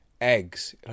eggs